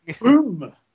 Boom